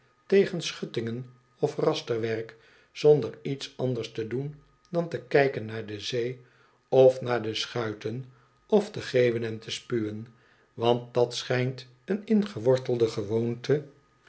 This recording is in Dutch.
tegen schuttingen of raster werk zonder iets anders te doen dan te kijken naar de zee of naar de schuiten of te geeuwen en te spuwen want dat schijnt een ingewortelde gewoonte